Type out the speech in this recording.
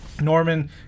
Norman